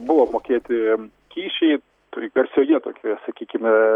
buvo mokėti kyšiai turi garsioje tokioje sakykime